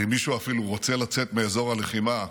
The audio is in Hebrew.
ואם מישהו אפילו רוצה לצאת מאזור הלחימה,